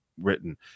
written